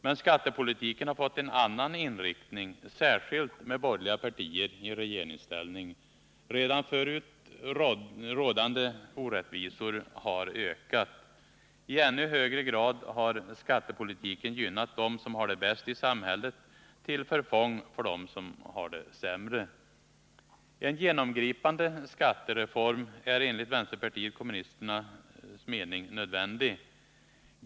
Men skattepolitiken har fått en annan inriktning, särskilt med borgerliga partier i regeringsställning. Redan förut rådande orättvisor har ökat. I ännu högre grad har skattepolitiken gynnat dem som har det bäst i samhället till förfång för dem som har det sämre. En genomgripande skattereform är enligt vänsterpartiet kommunisterna nödvändig.